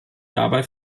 dabei